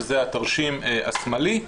שזה התרשים השמאלי,